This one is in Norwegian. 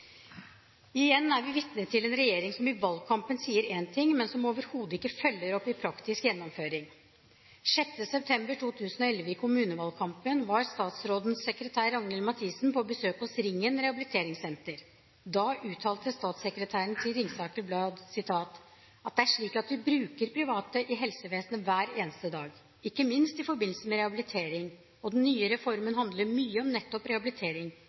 Igjen er vi vitne til en regjering som i valgkampen sier én ting, men som overhodet ikke følger opp i praktisk gjennomføring. 6. september 2011, i kommunevalgkampen, var statsrådens sekretær, Ragnhild Mathiesen, på besøk hos Ringen Rehabiliteringssenter. Da uttalte statssekretæren til Ringsaker Blad: «Det er også slik at vi bruker private i helsevesenet hver eneste dag. Ikke minst i forbindelse med rehabilitering. Og den nye reformen handler mye om nettopp rehabilitering.